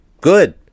good